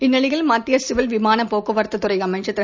இந்நிலையில் மத்தியசிவில் விமானப் போக்குவரத்துத்துறைஅமைச்சர் திரு